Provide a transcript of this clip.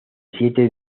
siete